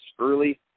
early